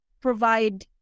provide